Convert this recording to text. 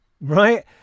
Right